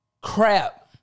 crap